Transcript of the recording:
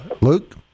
luke